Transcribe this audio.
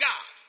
God